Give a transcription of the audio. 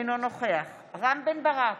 אינו נוכח רם בן ברק,